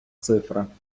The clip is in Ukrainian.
цифра